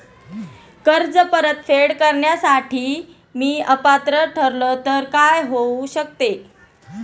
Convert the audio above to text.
कर्ज परतफेड करण्यास मी अपात्र ठरलो तर काय होऊ शकते?